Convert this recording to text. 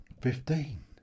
Fifteen